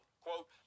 Quote